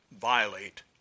violate